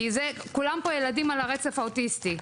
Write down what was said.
כולם פה ילדים על הרצף האוטיסטי.